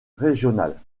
régionale